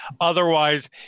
Otherwise